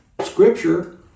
Scripture